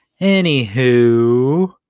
Anywho